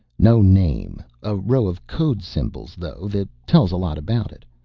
no name. a row of code symbols though that tell a lot about it.